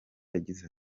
yagize